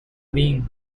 beings